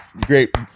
Great